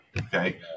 okay